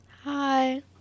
Hi